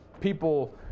people